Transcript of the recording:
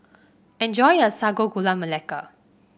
enjoy your Sago Gula Melaka